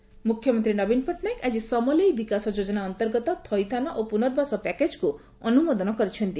ସମଲେଇ ଯୋଜନା ମୁଖ୍ୟମନ୍ତୀ ନବୀନ ପଟ୍ଟନାୟକ ଆଜି ସମଲେଇ ବିକାଶ ଯୋଜନା ଅନ୍ତର୍ଗତ ଥଇଥାନ ଓ ପୁନର୍ବାସ ପ୍ୟାକେଜ୍କୁ ଅନୁମୋଦନ କରିଛନ୍ତି